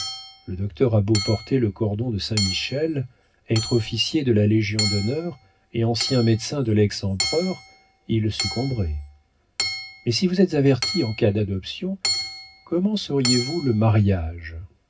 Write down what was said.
le docteur a beau porter le cordon de saint-michel être officier de la légion-d'honneur et ancien médecin de lex empereur il succomberait mais si vous êtes avertis en cas d'adoption comment sauriez-vous le mariage